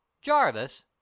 jarvis